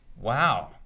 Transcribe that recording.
Wow